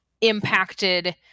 impacted